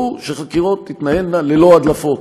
הוא שהחקירות תתנהלנה ללא הדלפות.